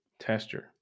tester